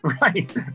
Right